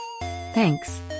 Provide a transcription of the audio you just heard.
Thanks